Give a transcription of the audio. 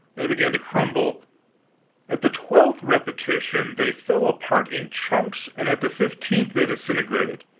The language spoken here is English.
they began to crumble at the twelfth repetition they fell apart in chunks and at the fifteenth they disintegrated,